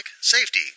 Safety